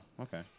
Okay